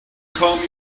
comb